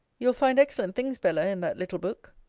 you will find excellent things, bella, in that little book.